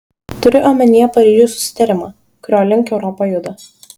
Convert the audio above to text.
turiu omenyje paryžiaus susitarimą kurio link europa juda